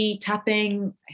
tapping